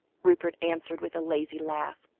rupert answered, with a lazy laugh.